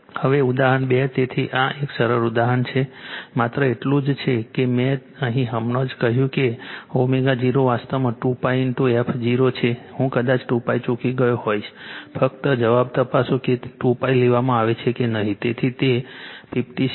હવે ઉદાહરણ 2 તેથી આ એક સરળ ઉદાહરણ છે માત્ર એટલું જ છે કે મેં અહીં હમણાં જ કહ્યું કે ω0 વાસ્તવમાં 2π f0 છે હું કદાચ 2π ચૂકી ગયો હોઈશ ફક્ત જવાબ તપાસો કે તે 2π લેવામાં આવે છે કે નહીં તેથી તે 56